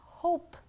hope